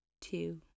two